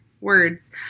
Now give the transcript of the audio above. Words